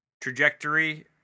trajectory